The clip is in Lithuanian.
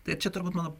tai čia turbūt mano